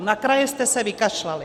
Na kraje jste se vykašlali.